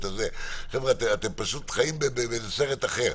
חבר'ה, אתם פשוט חיים בסרט אחר.